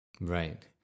Right